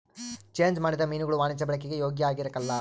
change ಮಾಡಿದ ಮೀನುಗುಳು ವಾಣಿಜ್ಯ ಬಳಿಕೆಗೆ ಯೋಗ್ಯ ಆಗಿರಕಲ್ಲ